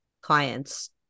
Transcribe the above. clients